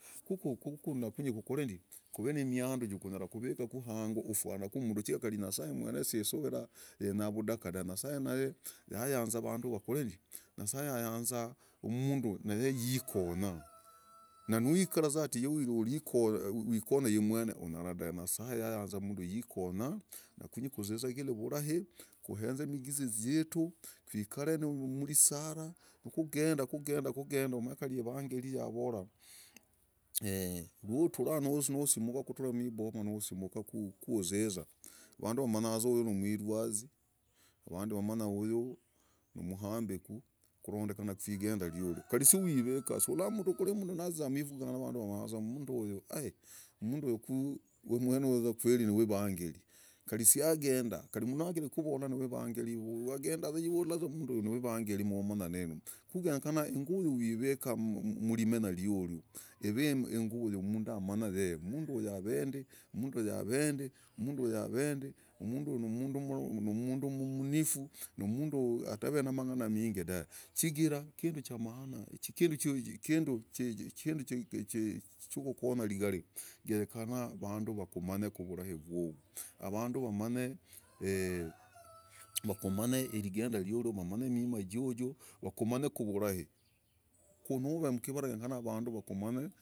Kuve na miandu kunyara kuvika ku hango ufwana kuri mundu chigira nyasaye mwene si isuvira yenya vudaka dah. Ya yanza vandu vakore ndi? Mundu yiikonya. Nawikara ati uikora iwe mwene uikonya. Na kunyi kuzizagile vurai. kuhenza miigizi zietu. kuikala mrisala. nikugenda. umanye ivangeri ya vora. rusimuka kutura mwiboma kiziza. vandu vamanya za uyu ni mwirwazi. uyu ni mhambeku kurondera kurigenda ryoryo. Kari kuvika. Salla kuri mundu na zia mrivugana vandu vamanya za mundu uyu kweri ni wa ivangeri. Kari siagenda umanya za mundu uyu ni wa ivangeri. Ku kenyekana inguvu uivika ni mrimenya ryoryo. ive ni inguvu ya mundu amanye mundu uyu ave ndi. mundu uyu ave ndi. mundu uyu ni munifu noh ave na mang'ana manyingi dah. chigira kindu kikukonya genyekana vandu vamanye vurai vovo. Vandu vamanye rigenda ryoryo. Vakumanye vurai. Genyekana nuve mkivara vandu vakumanya.